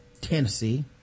Tennessee